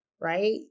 Right